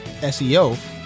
SEO